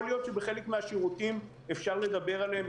יכול להיות שבחלק מהשירותים אפשר לדבר עליהם,